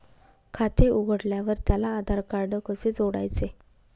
खाते उघडल्यावर त्याला आधारकार्ड कसे जोडायचे?